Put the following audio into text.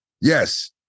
Yes